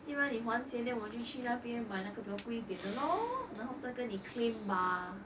既然你还钱 then 我就去那边买那个比照贵一点的 lor 然后在跟你 claim 吧